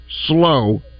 slow